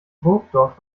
burgdorf